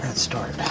start.